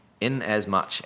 Inasmuch